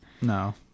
No